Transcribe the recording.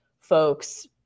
folks